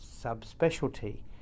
subspecialty